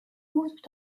haut